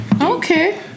Okay